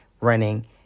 running